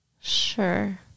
Sure